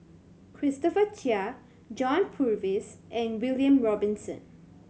Christopher Chia John Purvis and William Robinson